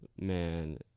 Man